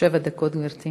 שבע דקות, גברתי.